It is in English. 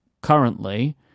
currently